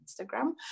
Instagram